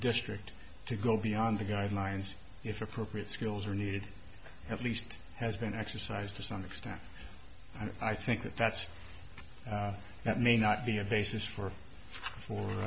district to go beyond the guidelines if appropriate skills are needed at least has been exercised to some extent i think that's that may not be a basis for for